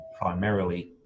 primarily